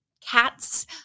cats